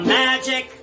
magic